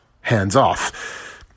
hands-off